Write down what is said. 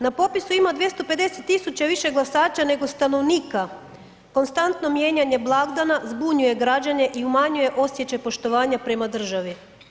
Na popisu ima 250.000 više glasača nego stanovnika, konstantno mijenjanje blagdana zbunjuje građane i umanjuje osjećaj poštovanja prema državi.